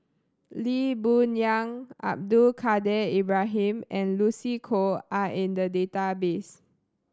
Lee Boon Yang Abdul Kadir Ibrahim and Lucy Koh are in the database